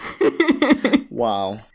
Wow